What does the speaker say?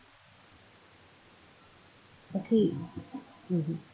okay mm hmm